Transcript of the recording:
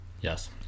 yes